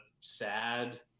sad